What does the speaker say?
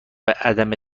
عدم